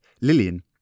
Lillian